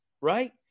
right